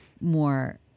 more